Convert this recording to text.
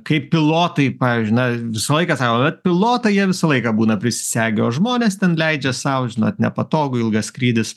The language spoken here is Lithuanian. kaip pilotai pavyzdžiui na visą laiką sako vat pilotai jie visą laiką būna prisisegę o žmonės ten leidžia sau žinot nepatogu ilgas skrydis